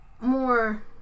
more